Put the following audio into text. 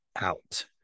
out